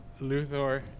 Luthor